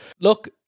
Look